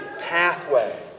pathway